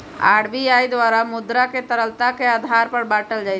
RBI द्वारा मुद्रा के तरलता के आधार पर बाटल जाइ छै